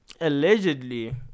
Allegedly